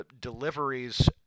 deliveries